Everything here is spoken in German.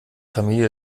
familie